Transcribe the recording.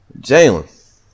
Jalen